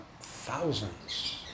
thousands